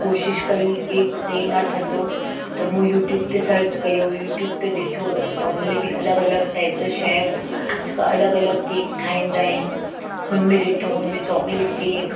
कोशिशि कई केक सही न ठहियो त मूं यूट्यूब ते सर्च कयो यूट्यूब ते ॾिठो त हुनमें बि अलॻि अलॻि टाइप जा शेफ जेका अलॻि अलॻि केक ठाहींदा आहिनि हुनमें ॾिठो हुनमें चॉकलेट केक